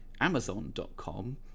Amazon.com